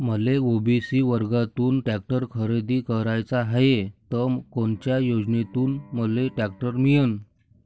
मले ओ.बी.सी वर्गातून टॅक्टर खरेदी कराचा हाये त कोनच्या योजनेतून मले टॅक्टर मिळन?